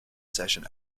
session